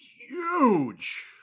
huge